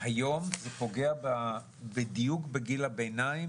תוספת של מנמ"שים